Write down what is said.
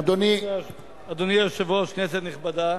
אדוני היושב-ראש, כנסת נכבדה,